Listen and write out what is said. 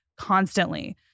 constantly